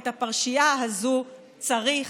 את הפרשייה הזאת צריך